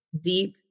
deep